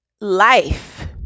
life